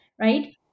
Right